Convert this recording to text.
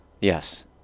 Yes